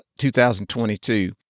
2022